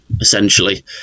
essentially